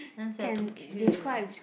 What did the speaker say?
once you're too cute